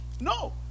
No